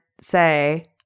say